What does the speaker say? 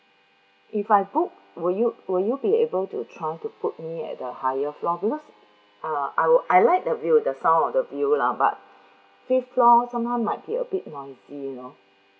if I book will you will you be able to try to put me at the higher floor because uh I w~ I like the view the sound of the view lah but fifth floor somehow might be a bit noisy you know